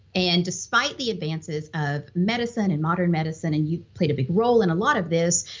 and despite the advances of medicine and modern medicine, and you played a big role in a lot of this,